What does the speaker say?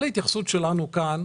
כל ההתייחסות שלנו כאן,